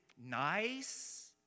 nice